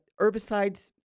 herbicides